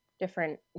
different